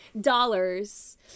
dollars